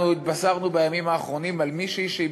אנחנו התבשרנו בימים האחרונים על מישהי שהיא